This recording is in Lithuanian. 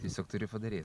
tiesiog turi padaryt